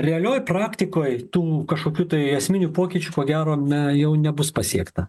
realioj praktikoj tų kažkokių tai esminių pokyčių ko gero me jau nebus pasiekta